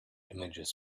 images